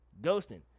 ghosting